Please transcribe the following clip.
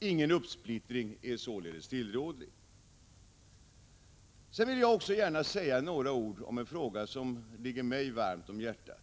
Någon uppsplittring är således inte tillrådlig. Jag vill också gärna säga några ord om en fråga som ligger mig varmt om hjärtat.